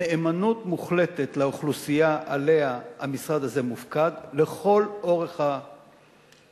נאמנות מוחלטת לאוכלוסייה שעליה המשרד הזה מופקד לכל רוחב